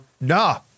Nah